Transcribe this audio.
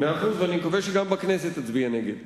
אני מקווה שגם בכנסת תצביע נגד.